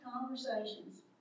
conversations